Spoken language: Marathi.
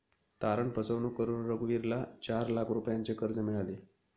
तारण फसवणूक करून रघुवीरला चार लाख रुपयांचे कर्ज मिळाले